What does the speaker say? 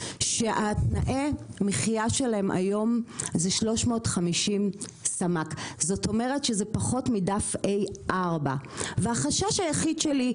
שתנאי המחייה שלהן הם 350 סמ"ק; פחות מדף A4. החשש היחידי שלי,